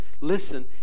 Listen